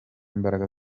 imbaraga